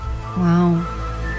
Wow